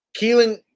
Keelan